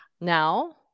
now